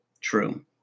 True